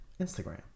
Instagram